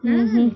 mmhmm